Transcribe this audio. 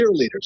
cheerleaders